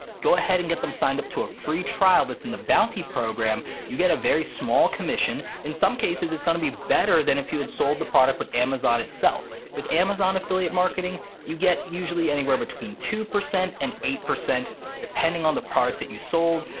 go ahead and get them signed up to a free trial that's in the bounty program, you get a very small commission, in some cases it's gonna be better than if you had sold the product but amazon itself. with amazon affiliate marketing you get usually anywhere between two percent and eight, depending on the product that you sold,